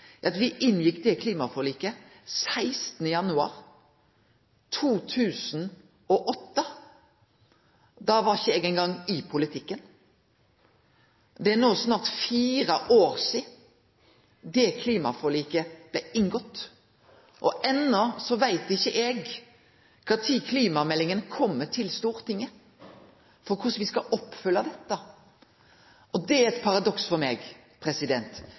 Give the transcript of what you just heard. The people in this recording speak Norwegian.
er at me inngjekk det klimaforliket 16. januar 2008. Da var ikkje eg eingong i politikken. Det er no snart fire år sidan det klimaforliket blei inngått. Enno veit ikkje eg kva tid klimameldinga om korleis me skal oppfylle dette, kjem til Stortinget. Det er eit paradoks for meg.